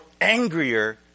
angrier